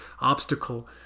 obstacle